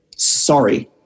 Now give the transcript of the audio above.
Sorry